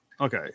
Okay